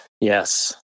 Yes